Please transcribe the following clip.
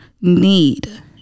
need